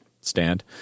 stand